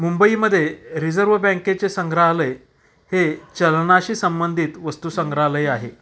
मुंबईमध्ये रिझर्व बँकेचे संग्रहालय हे चलनाशी संबंधित वस्तू संग्रहालय आहे